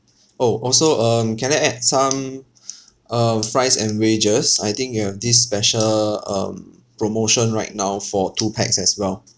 orh also um can I add some uh fries and wedges I think you have this special um promotion right now for two pax as well